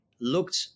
looked